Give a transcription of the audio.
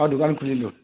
অঁ দোকান খুলিলোঁ